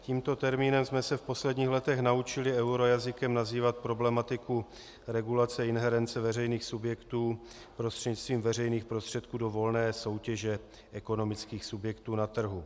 Tímto termínem jsme se v posledních letech naučili eurojazykem nazývat problematiku regulace inherence veřejných subjektů prostřednictvím veřejných prostředků do volné soutěže ekonomických subjektů na trhu.